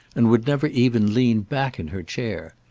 and would never even lean back in her chair.